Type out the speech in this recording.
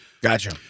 Gotcha